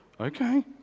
okay